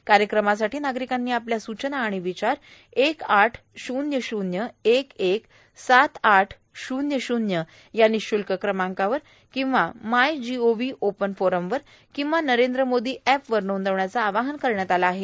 या कायक्रमासाठी नार्गारकांनी आपल्या सूचना आर्गाण विचार एक आठ शून्य शून्य एक एक सात आठ शून्य शून्य या निशूल्क क्रमांकावर my gov open फोरमवर किंवा नरद्र मोदो अॅप वर नांदवण्याचं आवाहन करण्यात आलं आहे